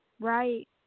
Right